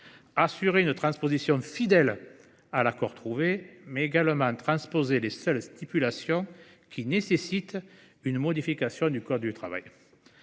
assurer une transposition fidèle de l’accord et transposer les seules stipulations qui nécessitaient une modification du code du travail.